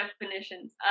definitions